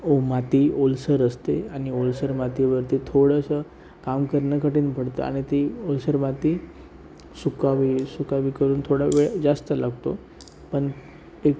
माती ओलसर असते आणि ओलसर मातीवरती थोडंसं काम करणं कठीण पडतं आणि ते ओलसर माती सुक्कावी सुकावी करून थोड्यावेळ जास्त लागतो पण एक